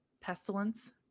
Pestilence